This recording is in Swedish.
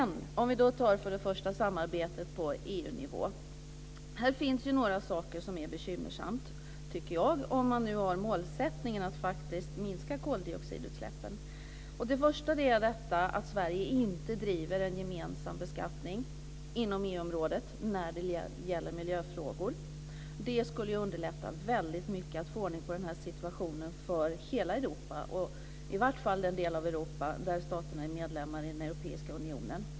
När det gäller samarbetet på EU-nivå finns det dock några saker som jag tycker är bekymmersamma, om nu målsättningen är att faktiskt minska koldioxidutsläppen. Först och främst driver ju Sverige inte en gemensam beskattning inom EU-området när det gäller miljöfrågor, något som väldigt mycket skulle underlätta arbetet med att få ordning på situationen för hela Europa - i varje fall för den del av Europa där staterna är medlemmar i Europeiska unionen.